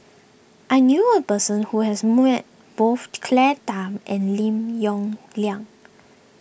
I knew a person who has met both Claire Tham and Lim Yong Liang